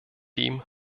dem